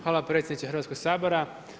Hvala predsjedniče Hrvatskoga sabora.